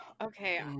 Okay